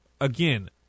again